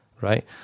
right